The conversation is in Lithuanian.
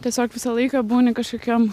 tiesiog visą laiką būni kažkokiam